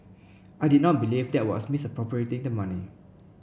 I did not believe there was misappropriating the money